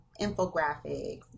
infographics